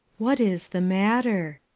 what is the matter?